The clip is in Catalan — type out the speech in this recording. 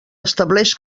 estableix